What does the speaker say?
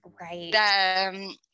Right